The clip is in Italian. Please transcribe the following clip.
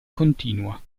continua